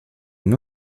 une